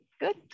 Good